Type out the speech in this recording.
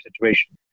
situation